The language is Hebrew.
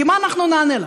כי מה אנחנו נענה לה?